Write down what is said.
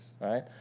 right